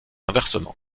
inversement